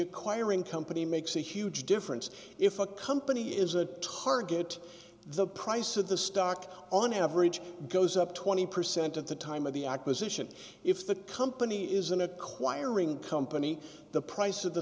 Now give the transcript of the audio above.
acquiring company makes a huge difference if a company is a target the price of the stock on average goes up twenty percent at the time of the acquisition if the company isn't acquiring company the price of the